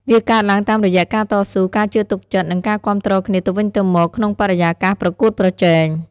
វាកើតឡើងតាមរយៈការតស៊ូ ការជឿទុកចិត្ត និងការគាំទ្រគ្នាទៅវិញទៅមកក្នុងបរិយាកាសប្រកួតប្រជែង។